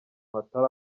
hatari